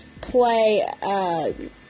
play